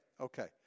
Okay